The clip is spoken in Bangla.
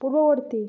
পূর্ববর্তী